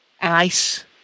ice